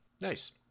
Nice